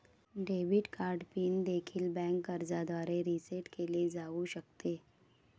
debit card pin देखील bank अर्जाद्वारे reset केले जाऊ शकते